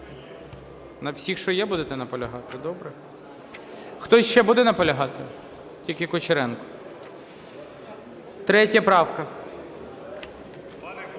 На всіх, що є, будете наполягати? Добре. Хтось ще буде наполягати? Тільки Кучеренко. 3 правка.